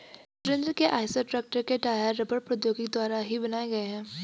सुरेंद्र के Eicher tractor के tyre रबड़ प्रौद्योगिकी द्वारा ही बनाए गए हैं